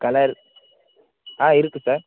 colour ஆ இருக்குது sir